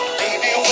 baby